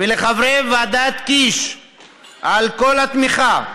ולחברי ועדת קיש על כל התמיכה שהייתה.